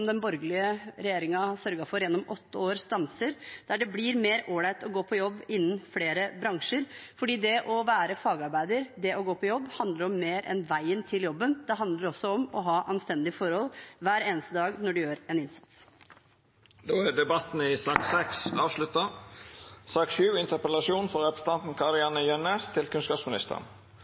den borgerlige regjeringen har sørget for gjennom åtte år, stanser, og der det blir mer ålreit å gå på jobb innen flere bransjer. For det å være fagarbeider og det å gå på jobb handler om mer enn veien til jobben. Det handler også om å ha anstendige forhold hver eneste dag når en gjør en innsats. Då er debatten i sak nr. 6 avslutta.